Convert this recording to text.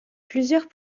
plusieurs